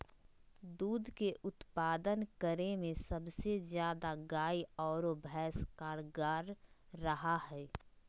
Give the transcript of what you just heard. दूध के उत्पादन करे में सबसे ज्यादा गाय आरो भैंस कारगार रहा हइ